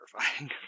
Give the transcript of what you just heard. terrifying